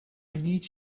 need